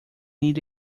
need